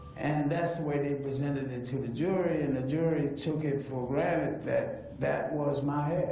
and that's way they presented it to the jury. and the jury took it for granted that that was my